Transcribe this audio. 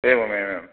एवमेवम्